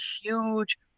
huge